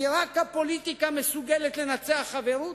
כי רק הפוליטיקה מסוגלת לנצח חברות,